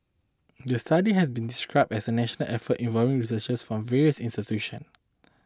the study has been described as a national effort involving researchers from various institutions